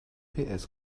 gps